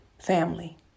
family